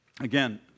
again